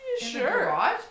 sure